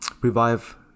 revive